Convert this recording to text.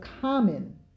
common